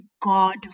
God